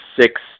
six